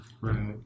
Right